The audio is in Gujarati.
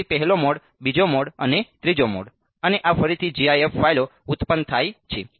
તેથી પહેલો મોડ બીજો મોડ અને ત્રીજો મોડ અને આ ફરીથી gif ફાઇલો ઉત્પન્ન થાય છે